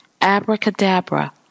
Abracadabra